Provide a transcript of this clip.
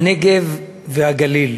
הנגב והגליל,